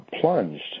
plunged